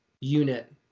unit